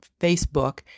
Facebook